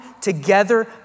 together